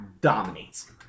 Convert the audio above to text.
dominates